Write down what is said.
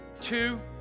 two